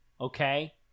Okay